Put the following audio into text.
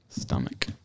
stomach